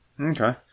Okay